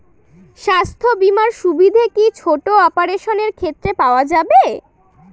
স্বাস্থ্য বীমার সুবিধে কি ছোট অপারেশনের ক্ষেত্রে পাওয়া যাবে?